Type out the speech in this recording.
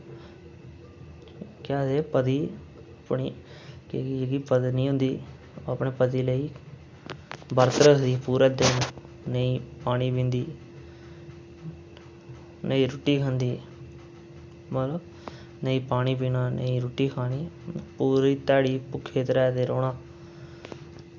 केह् आखदे ओह् जेह्ड़ी पत्नि होंदी ओह् अपने पति ताईं बर्त रक्खदी पूरा दिन नेईं पानी पींदी नेईं रुट्टी खंदी नेईं पानी पीना नेईं रुट्टी खानी पूरे ध्याड़ी भुक्खे त्रेह् दे रौह्ना